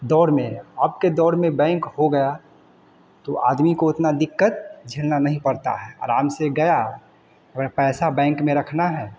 दौर में अब के दौर में बैंक हो गया तो आदमी को उतनी दिक़्क़त झेलनी नहीं पड़ती है आराम से गया अगर पैसा बैंक में रखना है